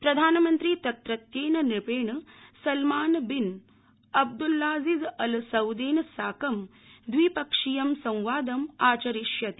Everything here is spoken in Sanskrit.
प्रधानमंत्री तत्रत्येन नृपेण सलमान बिन अब्द्रल्लाज़िज अल सउदेन साकं द्विपक्षीयं संवादम् आचरिष्यति